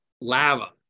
lava